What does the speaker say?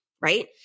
right